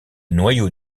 noyau